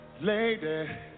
Lady